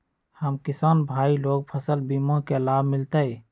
हम किसान भाई लोग फसल बीमा के लाभ मिलतई?